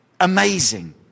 amazing